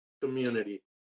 community